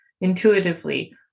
intuitively